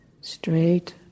straight